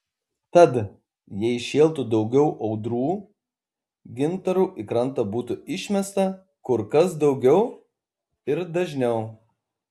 tad jei šėltų daugiau audrų gintarų į krantą būtų išmesta kur kas daugiau ir dažniau